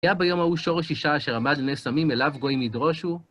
והיה ביום ההוא שורש ישי, אשר עמד לנס עמים, אליו גויים ידרושו.